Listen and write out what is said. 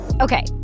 Okay